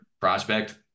prospect